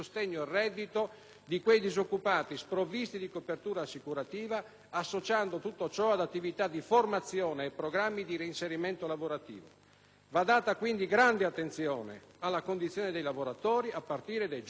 di quei disoccupati sprovvisti di copertura assicurativa, associando tutto ciò all'attività di formazione e programmi di reinserimento lavorativo. Va data quindi grande attenzione alla condizione dei lavoratori, a partire dai giovani, dai precari.